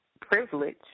privilege